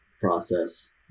process